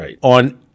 on